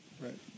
Right